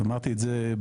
אז אמרתי את זה ברור.